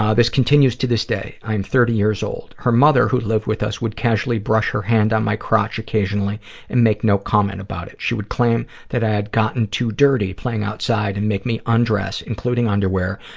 ah this continues to this day. i am thirty years old. her mother, who lived with us, would casually brush her hand on my crotch occasionally and make no comment about it. she would claim that i had gotten too dirty playing outside and make me undress, including underwear,